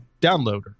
downloader